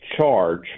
charge